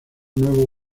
nuevo